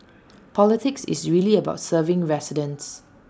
politics is really about serving residents